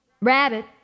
Rabbit